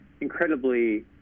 incredibly